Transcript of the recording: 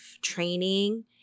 training